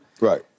Right